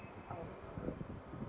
um